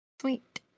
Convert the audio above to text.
sweet